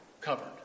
Covered